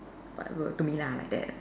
whatever to me lah like that